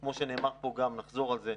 כמו שנאמר פה גם, ונחזור על זה,